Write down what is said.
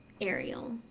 Ariel